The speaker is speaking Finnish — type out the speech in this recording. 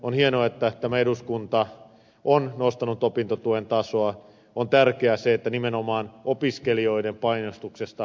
on hienoa että tämä eduskunta on nostanut opintotuen tasoa ja on tärkeää se että nimenomaan opiskelijoiden painostuksesta